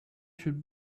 should